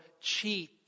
cheat